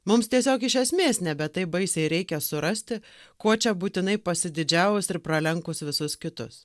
mums tiesiog iš esmės nebe taip baisiai reikia surasti kuo čia būtinai pasididžiavus ir pralenkus visus kitus